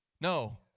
No